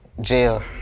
jail